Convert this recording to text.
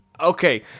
Okay